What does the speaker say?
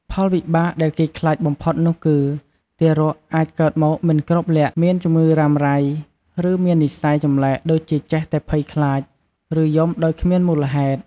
ផលវិបាកដែលគេខ្លាចបំផុតនោះគឺ ទារកអាចកើតមកមិនគ្រប់លក្ខណ៍ មានជំងឺរ៉ាំរ៉ៃ ឬមាននិស្ស័យចម្លែកដូចជាចេះតែភ័យខ្លាច ឬយំដោយគ្មានមូលហេតុ។